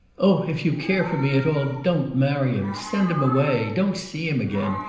oh, if you care for me at all, don't marry him! send him away! don't see him again!